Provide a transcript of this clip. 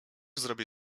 zrobię